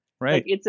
Right